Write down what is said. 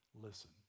listen